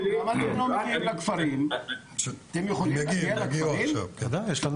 יש לנו